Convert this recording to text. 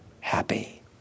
happy